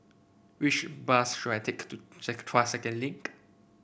which bus should I take to Tuas Second Link